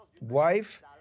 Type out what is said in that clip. wife